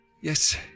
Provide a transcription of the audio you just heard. Yes